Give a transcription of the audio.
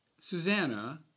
Susanna